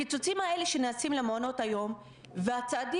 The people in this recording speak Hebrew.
הקיצוצים האלה שנעשים למעונות היום והצעדים